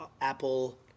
Apple